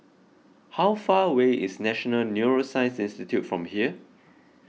how far away is National Neuroscience Institute from here